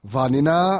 Vanina